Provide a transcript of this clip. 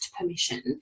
permission